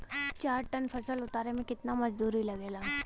चार टन फसल उतारे में कितना मजदूरी लागेला?